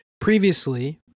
previously